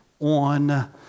on